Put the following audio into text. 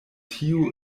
tiu